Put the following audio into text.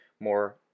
more